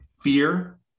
fear